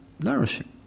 Nourishing